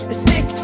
Stick